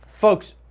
Folks